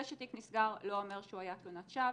זה שתיק נסגר לא אומר שהוא היה תלונת שווא.